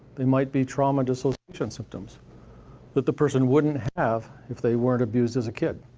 they might be trauma dissociation symptoms that the person wouldn't have if they weren't abused as a kid.